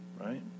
right